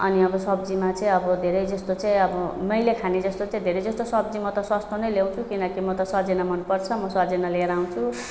अनि अब सब्जीमा चाहिँ अब धेरै जस्तो चाहिँ अब मैले खाने जस्तो चाहिँ धेरै जस्तो सब्जी म त सस्तो नै ल्याउँछु किनकि म त सजना मनपर्छ म सजना लिएर आउँछु